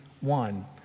one